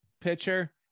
pitcher